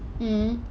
mm